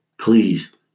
Please